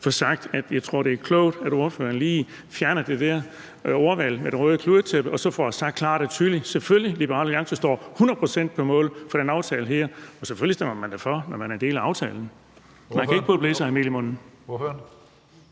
sige, at jeg tror, at det er klogt, at ordføreren lige fjerner det der ordvalg med det røde kludetæppe og så klart og tydeligt får sagt, at Liberal Alliance selvfølgelig står hundrede procent på mål for den aftale her. For selvfølgelig stemmer man da for, når man er en del af aftalen. Man kan ikke både blæse